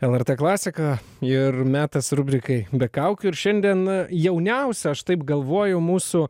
lrt klasika ir metas rubrikai be kaukių ir šiandien jauniausia aš taip galvoju mūsų